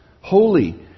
holy